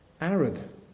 Arab